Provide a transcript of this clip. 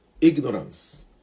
ignorance